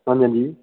हां जी